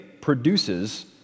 produces